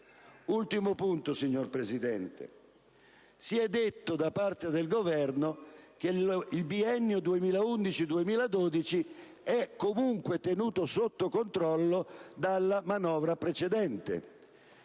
Ultimo punto, signor Presidente. Si è detto da parte del Governo che il biennio 2011-2012 è comunque tenuto sotto controllo dalla manovra precedente.